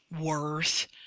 worth